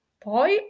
Poi